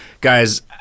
Guys